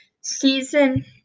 season